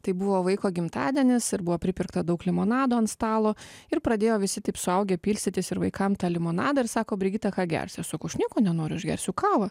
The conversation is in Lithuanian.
tai buvo vaiko gimtadienis ir buvo pripirkta daug limonado ant stalo ir pradėjo visi taip suaugę pilstytis ir vaikam tą limonadą ir sako brigita ką gersi aš sakau aš nieko nenoriu aš gersiu kavą